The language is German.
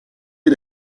ihr